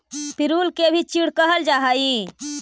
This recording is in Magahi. पिरुल के भी चीड़ कहल जा हई